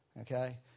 Okay